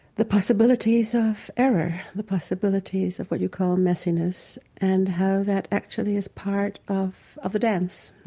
the possibilities of error, the possibilities of what you call messiness, and how that actually is part of of the dance.